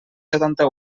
setanta